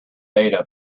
ada